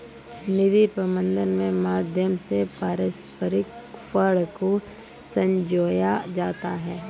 निधि प्रबन्धन के माध्यम से पारस्परिक फंड को संजोया जाता है